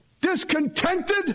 discontented